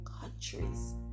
countries